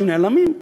של נעלמים,